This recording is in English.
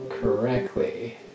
correctly